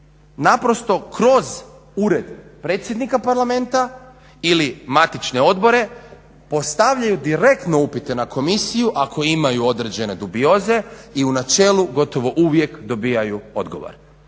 naprosto kroz Ured predsjednika Parlamenta ili matične odbore postavljaju direktno upite na komisiju ako imaju određene dubioze i u načelu gotovo uvijek dobivaju odgovor.